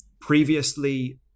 previously